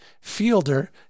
Fielder